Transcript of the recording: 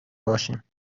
باشیم